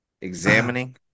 Examining